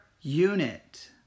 unit